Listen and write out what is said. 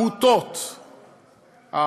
קרב על העמותות החוץ-ממשלתיות,